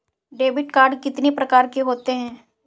Debit card कितनी प्रकार के होते हैं?